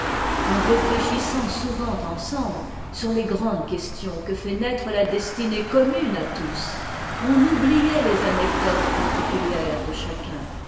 en réuéchissant souvent ensemble sur les grandes questions que fait naître la destinée commune à tous on oubliait les anecdotes particulières de chacun